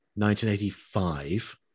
1985